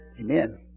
Amen